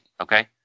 okay